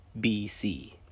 BC